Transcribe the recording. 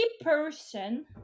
person